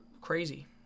Crazy